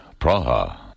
Praha